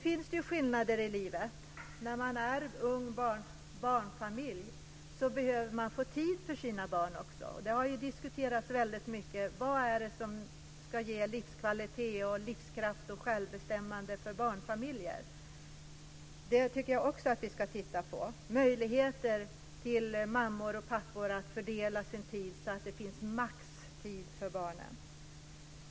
Förhållandena skiljer sig över livet. En ung barnfamilj behöver få tid för sina barn. Man har väldigt mycket diskuterat vad som ger livskvalitet, livskraft och självbestämmande för barnfamiljer. Jag tycker att vi ska studera också detta. Vilka möjligheter finns det för mammor och pappor att fördela sin tid så att de får maximal tid för sina barn?